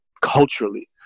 culturally